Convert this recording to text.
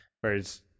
Whereas